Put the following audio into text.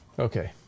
Okay